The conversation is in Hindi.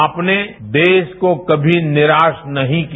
आपने देश को कभी निराश नहीं किया